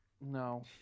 No